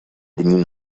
dni